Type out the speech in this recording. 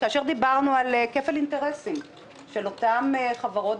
כאשר דיברנו על כפל אינטרסים של אותן חברות,